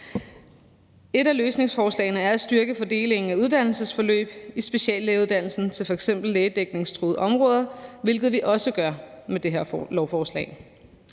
Et af løsningsforslagene er at styrke fordelingen af uddannelsesforløb i speciallægeuddannelsen til f.eks. lægedækningstruede områder, hvilket vi også gør med det her lovforslag,